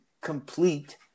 complete